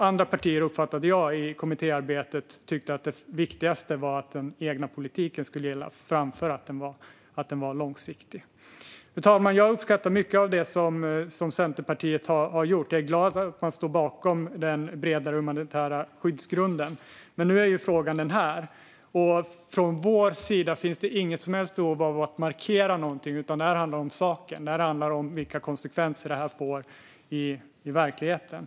Andra partier tyckte, enligt vad jag uppfattade i kommittéarbetet, att det viktigaste var att den egna politiken skulle gälla framför att den var långsiktig. Fru talman! Jag uppskattar mycket av det som Centerpartiet har gjort. Jag är glad att man står bakom den bredare humanitära skyddsgrunden. Men nu är frågan en annan. Från vår sida finns det inget som helst behov av att markera någonting. Det handlar om saken och vilka konsekvenser det får i verkligheten.